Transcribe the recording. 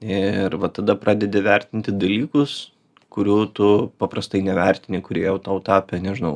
ir va tada pradedi vertinti dalykus kurių tu paprastai nevertini kurie jau tau tapę nežinau